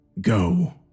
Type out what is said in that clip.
Go